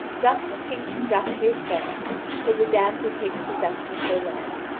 thus the king conducts the affair until the damsel takes possession of her land,